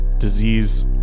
disease